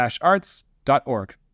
arts.org